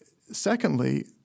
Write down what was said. Secondly